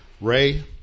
Ray